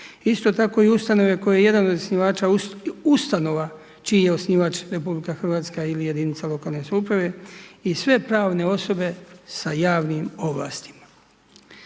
Isto tako ustanove kojoj je jedan od osnivača ustanova čiji je osnivač RH ili jedinica lokalne samouprave i sve pravne osobe sa javnim ovlastima.